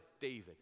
David